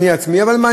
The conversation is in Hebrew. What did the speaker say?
אבל מה,